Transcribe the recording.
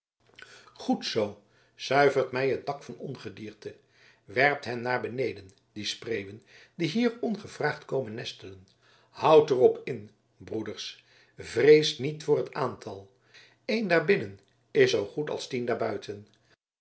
goed zoo zuivert mij het dak van ongedierte werpt hen naar beneden die spreeuwen die hier ongevraagd komen nestelen houwt er op in broeders vreest niet voor het aantal een daar binnen in zoo goed als tien